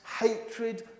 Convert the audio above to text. hatred